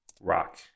rock